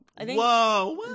Whoa